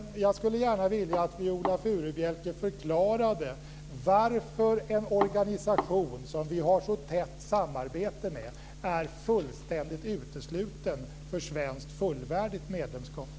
Jag skulle gärna vilja att Viola Furubjelke förklarade varför en organisation som vi har så tätt samarbete är fullständigt utesluten för fullvärdigt svenskt medlemskap?